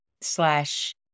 slash